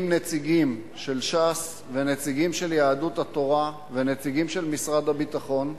עם נציגים של ש"ס ונציגים של יהדות התורה ונציגים של משרד הביטחון,